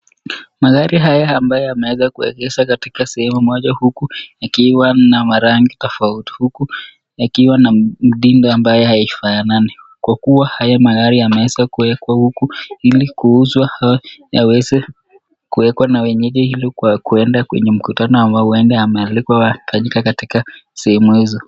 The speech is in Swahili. Magari haya ambayo yameweza kuekezwa katika sehemu moja huku ikiwa na rangi tafauti huku ikwa na mitindo mbayo hayafananikea kuwa haya magari yameweza kuwekwa huku hili kuuzwa au waweze kuwekwa na wenyewe hili kuenda kwenye mkutano uenda amelipwa katika sehemu hizo.